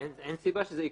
אין סיבה שזה יקרה.